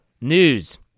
news